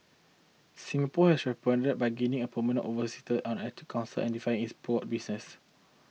Singapore has responded by gaining a permanent observer on Arctic Council and diversifying its port business